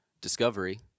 Discovery